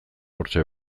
hortxe